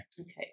okay